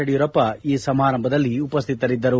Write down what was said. ಯಡಿಯೂರಪ್ಪ ಈ ಸಮಾರಂಭದಲ್ಲಿ ಉಪಸ್ಥಿತರಿದ್ದರು